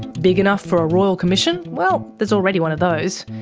big enough for a royal commission? well, there's already one of those.